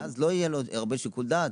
ואז לא יהיה לו הרבה שיקול דעת,